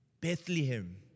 Bethlehem